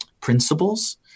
principles